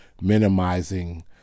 minimizing